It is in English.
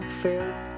feels